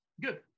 Good